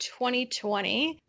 2020